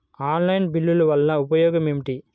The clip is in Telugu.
ఆన్లైన్ బిల్లుల వల్ల ఉపయోగమేమిటీ?